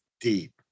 deep